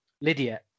Lydia